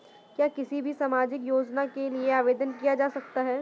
क्या किसी भी सामाजिक योजना के लिए आवेदन किया जा सकता है?